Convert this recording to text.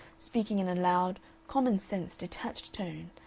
speaking in a loud, common-sense, detached tone,